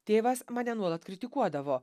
tėvas mane nuolat kritikuodavo